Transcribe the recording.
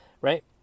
right